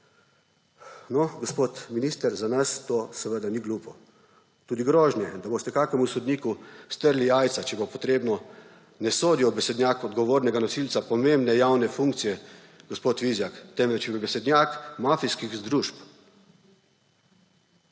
No, gospod minister, za nas to seveda ni glupo. Tudi grožnje, da boste kakemu sodniku strli jajca, če bo potrebno, ne sodijo v besednjak odgovornega nosilca pomembne javne funkcije, gospod Vizjak, temveč v besednjak mafijskih združb.